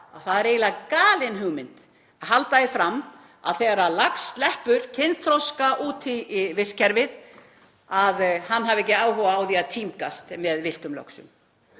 að það er eiginlega galin hugmynd að halda því fram að þegar lax sleppur kynþroska út í vistkerfið hafi hann ekki áhuga á því að tímgast með villtum löxum.